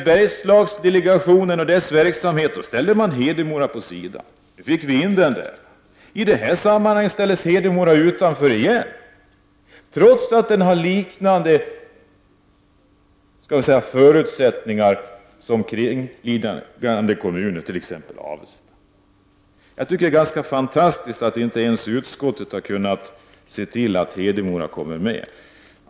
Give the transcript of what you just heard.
Bergslagsdelegationen ställde Hedemora åt sidan, och nu ställs Hedemora utanför igen, trots att Hedemora har liknande förutsättningar som kringliggande kommuner, t.ex. Avesta. Jag tycker det är ganska fantastiskt att inte ens utskottet har kunnat se till att Hedemora kommer med.